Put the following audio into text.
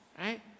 right